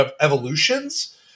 evolutions